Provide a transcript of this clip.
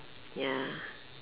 ya